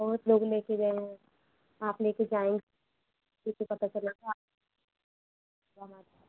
बहुत लोग लेके गए हैं आप लेके जाएँगी फिर तो पता चलेगा सामान